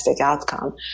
outcome